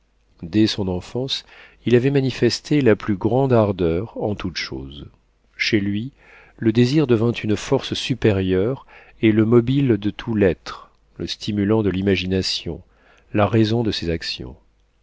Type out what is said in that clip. dès son enfance il avait manifesté la plus grande ardeur en toute chose chez lui le désir devint une force supérieure et le mobile de tout l'être le stimulant de l'imagination la raison de ses actions